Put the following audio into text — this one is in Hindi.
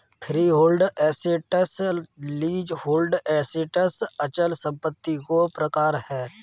फ्रीहोल्ड एसेट्स, लीजहोल्ड एसेट्स अचल संपत्ति दो प्रकार है